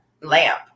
lamp